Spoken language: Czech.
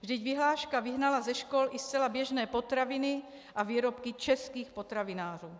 Vždyť vyhláška vyhnala ze škol i zcela běžné potraviny a výrobky českých potravinářů.